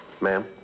Ma'am